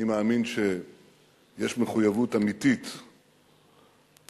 אני מאמין שיש מחויבות אמיתית שלך,